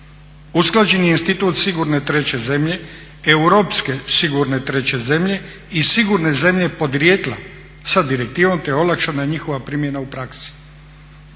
Usklađen je institut sigurne treće zemlje, europske sigurne treće zemlje i sigurne zemlje podrijetla sa direktivom te olakšana njihova primjena u praksi.